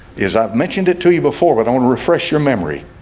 is i've mentioned it to you before but i don't refresh your memory